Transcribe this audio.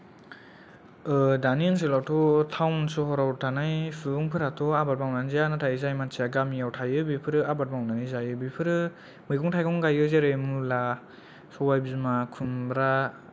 ओ दानि ओनसोलावथ' टाउन सहराव थानाय सुबुंफोराथ' आबाद मावनानै जाया नाथाय जाय मानसिया गामियाव थायो बेफोरो आबाद मावनानै जायो बेफोरो मैगं थाइगं गायो जेरै मुला सबाइबिमा खुम्ब्रा